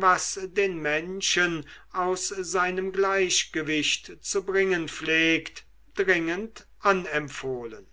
was den menschen aus seinem gleichgewicht zu bringen pflegt dringend anempfohlen